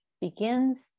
begins